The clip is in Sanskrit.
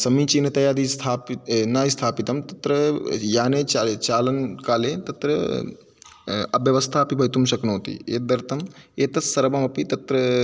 समीचीनतयादि स्थापित न स्थापितं तत्र याने चाल् चालनकाले तत्र अव्यवस्थापि भवितुं शक्नोति एतदर्थं एतस्सर्वमपि तत्र